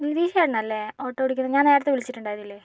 സുധീഷേട്ടൻ അല്ലേ ഓട്ടോ ഓടിക്കുന്ന ഞാൻ നേരത്തെ വിളിച്ചിട്ട് ഉണ്ടായിരുന്നില്ലേ